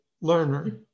learner